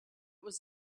was